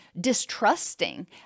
distrusting